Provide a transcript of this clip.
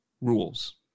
rules